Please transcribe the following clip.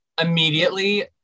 Immediately